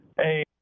Hey